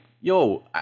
yo